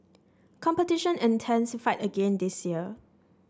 competition intensified again this year